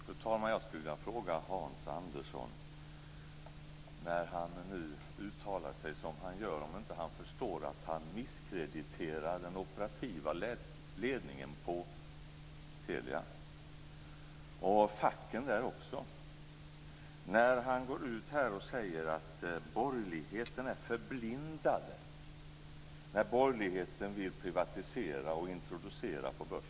Fru talman! Jag skulle vilja fråga Hans Andersson, när han nu uttalar sig som han gör, om han inte förstår att han misskrediterar den operativa ledningen på Telia och också facken där. Han går ju ut här och säger att borgerligheten är förblindad när borgerligheten vill privatisera och introducera på börsen.